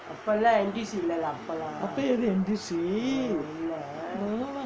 அப்பே ஏது:appae ethu N_D_C no lah